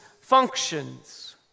functions